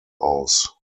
aus